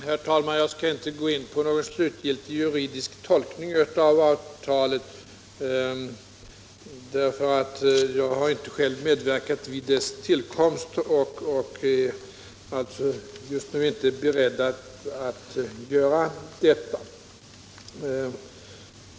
Herr talman! Jag skall inte gå in på någon slutgiltig juridisk tolkning av avtalet eftersom jag inte själv har medverkat vid dess tillkomst och därför inte just nu är beredd att göra det.